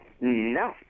No